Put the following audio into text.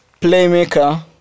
playmaker